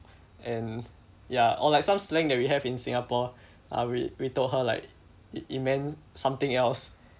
and ya or like some slang that we have in singapore uh we we told her like it it meant something else